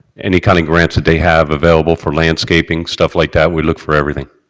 any kind of grants that they have available for landscaping, stuff like that, we look for everything.